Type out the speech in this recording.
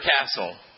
castle